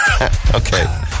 Okay